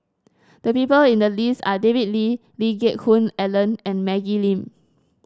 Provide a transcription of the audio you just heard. the people in the list are David Lee Lee Geck Hoon Ellen and Maggie Lim